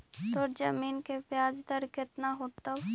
तोर जमीन के ब्याज दर केतना होतवऽ?